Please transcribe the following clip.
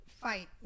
fight